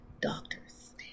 Doctors